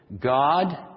God